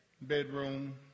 Bedroom